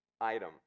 item